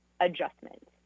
adjustment